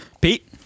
Pete